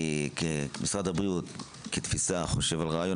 ומשרד הבריאות כתפיסה חושב על הרעיון.